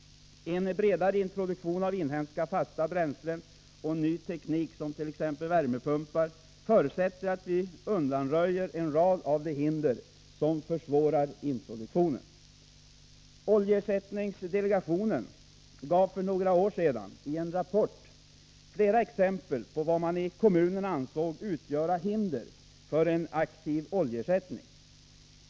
En bredare introduktion av inhemska fasta bränslen och ny teknik, t.ex. värmepumpar, förutsätter att vi undanröjer en rad av de hinder som försvårar introduktionen. Oljeersättningsdelegationen gav för några år sedan i en rapport flera exempel på vad man i kommunerna ansåg utgöra hinder för en aktiv oljeersättning.